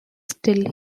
still